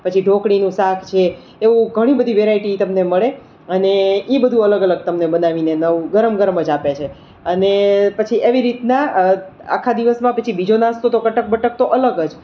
પછી ઢોકળીનું શાક છે એવું ઘણી બધી વેરાયટી તમને મળે અને એ બધુ અલગ અલગ તમને બનાવીને નવું ગરમ ગરમ જ આપે છે અને પછી એવી રીતના આખા દિવસમાં પછી બીજો નાસ્તો કટક બટક તો અલગ જ